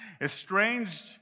estranged